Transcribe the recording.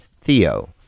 Theo